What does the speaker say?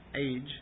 age